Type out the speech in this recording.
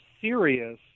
serious